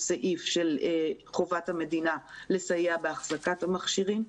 סעיף של חובת המדינה לסייע באחזקת המכשירים,